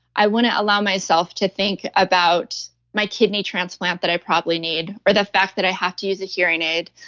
i wouldn't allow myself to think about my kidney transplant that i probably need or the fact that i have to use a hearing aid.